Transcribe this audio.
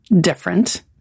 different